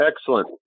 excellent